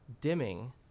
dimming